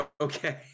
Okay